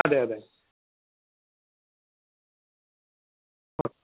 അതെയതെ ആ